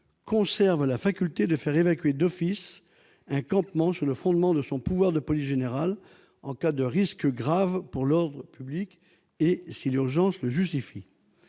conserve la possibilité de faire évacuer d'office un campement sur le fondement de son pouvoir de police générale, en cas de risque grave pour l'ordre public et si l'urgence le justifie.